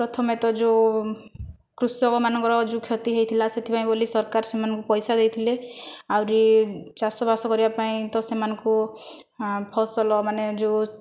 ପ୍ରଥମେ ତ ଯେଉଁ କୃଷକମାନଙ୍କର ଯେଉଁ କ୍ଷତି ହୋଇଥିଲା ସେଥିପାଇଁ ବୋଲି ସରକାର ସେମାନଙ୍କୁ ପଇସା ଦେଇଥଲେ ଆହୁରି ଚାଷ ବାସ କରିବା ପାଇଁ ତ ସେମାନଙ୍କୁ ଫସଲ ମାନେ ଯେଉଁ